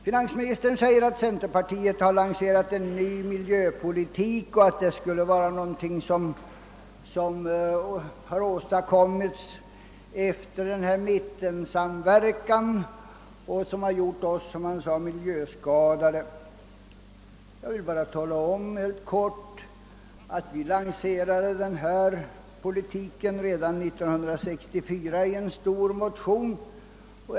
Finansministern säger att centerpartiet har lanserat en ny miljöpolitik sedan mittensamverkan inleddes och att mittensamverkan skulle ha gjort oss, som han sade, miljöskadade. Jag vill bara tala om att vi lanserade denna politik i en stor motion redan 1964.